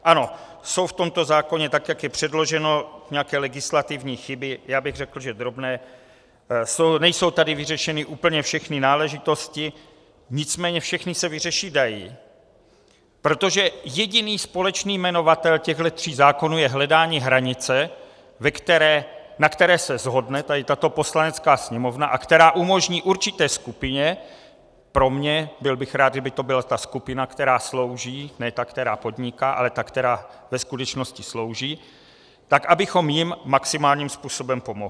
Ano, jsou v tomto zákoně, tak jak je předloženo, nějaké legislativní chyby, řekl bych, že drobné, nejsou tady vyřešeny úplně všechny náležitosti, nicméně všechny se vyřešit dají, protože jediný společný jmenovatel těchto tří zákonů je hledání hranice, na které se shodne tato Poslanecká sněmovna a která umožní určité skupině pro mě, byl bych rád, kdyby to byla ta skupina, která slouží, ne ta, která podniká, ale ta, která ve skutečnosti slouží, tak abychom jim maximálním způsobem pomohli.